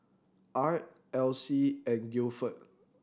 Art Elyse and Gilford